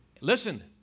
Listen